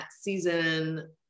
season